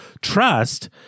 trust